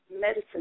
medicine